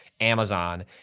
Amazon